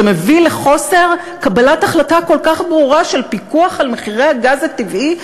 שמביאה לאי-קבלת החלטה כל כך ברורה של פיקוח על מחירי הגז הטבעי,